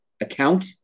account